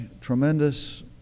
tremendous